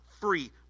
free